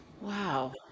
Wow